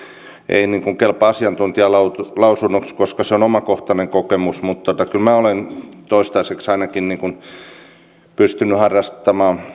ei kelpaa asiantuntijalausunnoksi koska se on omakohtainen kokemus mutta kyllä minä olen ainakin toistaiseksi pystynyt harrastamaan